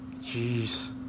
Jeez